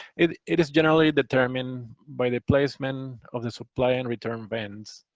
it it is generally determined by the placement of the supply and return vents,